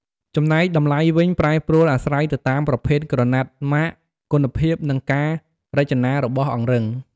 ចំណែកតម្លៃវិញប្រែប្រួលអាស្រ័យទៅតាមប្រភេទក្រណាត់ ម៉ាក គុណភាព និងការរចនារបស់អង្រឹង។